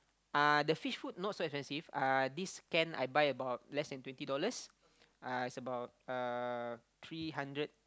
uh the fish food not so expensive uh this can I buy about less than twenty dollars uh is about uh three hundred